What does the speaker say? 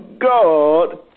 God